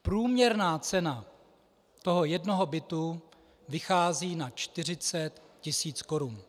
Průměrná cena toho jednoho bytu vychází na 40 tis. korun.